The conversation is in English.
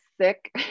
sick